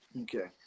Okay